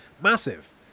Massive